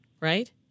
Right